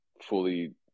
fully